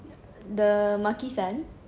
the the makisan